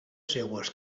seues